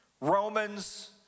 Romans